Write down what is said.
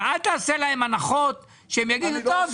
ואל תעשה להם הנחות שהם יגידו 'טוב,